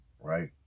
right